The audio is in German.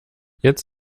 jetzt